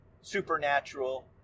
supernatural